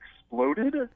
exploded